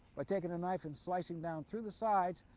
by taking a knife and slicing down through the sides,